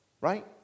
right